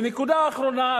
ונקודה אחרונה,